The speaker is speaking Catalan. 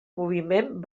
moviment